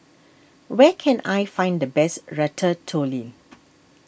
where can I find the best Ratatouille